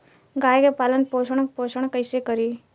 गाय के पालन पोषण पोषण कैसे करी?